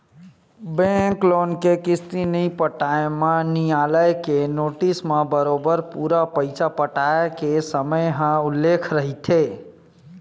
bank loan के किस्ती नइ पटाए म नियालय के नोटिस म बरोबर पूरा पइसा पटाय के समे ह उल्लेख रहिथे